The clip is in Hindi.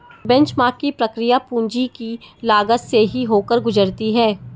बेंचमार्क की प्रक्रिया पूंजी की लागत से ही होकर गुजरती है